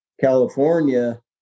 California